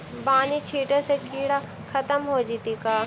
बानि छिटे से किड़ा खत्म हो जितै का?